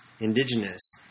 indigenous